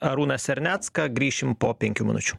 arūną sernecką grįšim po penkių minučių